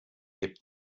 gibt